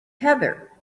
heather